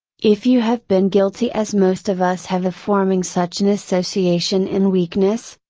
if you have been guilty as most of us have of forming such an association in weakness,